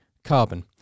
Carbon